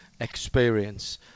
experience